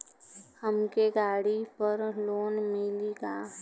हमके गाड़ी पर लोन मिली का?